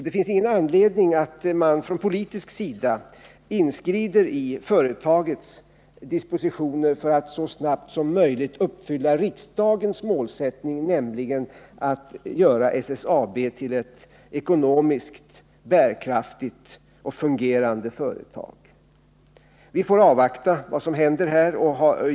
Det finns ingen anledning att från politisk sida inskrida i företagets dispositioner för att så snabbt som möjligt uppfylla riksdagens målsättning, nämligen att göra SSAB till ett ekonomiskt bärkraftigt och fungerande företag. Vi får avvakta vad som händer här.